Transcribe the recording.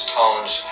tones